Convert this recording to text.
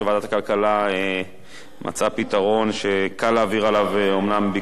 ועדת הכלכלה מצאה פתרון שאומנם קל להעביר עליו ביקורת,